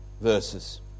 verses